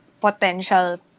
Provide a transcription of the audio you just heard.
potential